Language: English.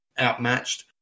outmatched